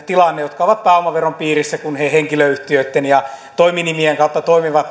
jotka ovat pääomaveron piirissä kun he henkilöyhtiöitten ja toiminimien kautta toimivat